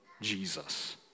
Jesus